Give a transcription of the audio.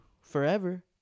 forever